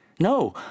No